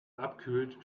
abkühlt